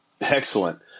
Excellent